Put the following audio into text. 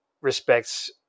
respects